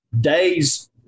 days